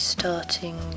Starting